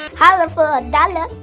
holla for a dollar!